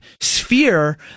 sphere